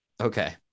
Okay